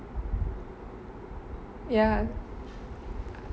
ya